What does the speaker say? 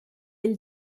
ell